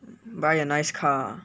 buy a nice car ah